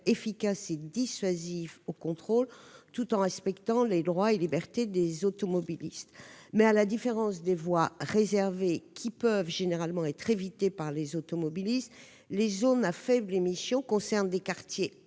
efficace et dissuasif au contrôle tout en respectant les droits et libertés des automobilistes. Mais, à la différence des voies réservées, qui peuvent généralement être évitées par les automobilistes, les zones à faibles émissions concernent des quartiers